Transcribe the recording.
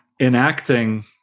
enacting